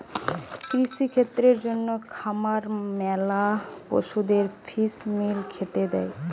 কৃষিক্ষেত্রের জন্যে খামারে ম্যালা পশুদের ফিস মিল খেতে দে